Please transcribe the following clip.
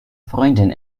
freundin